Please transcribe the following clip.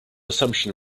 assumption